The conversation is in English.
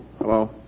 Hello